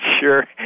sure